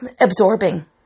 absorbing